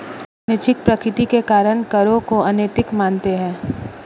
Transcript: अनैच्छिक प्रकृति के कारण करों को अनैतिक मानते हैं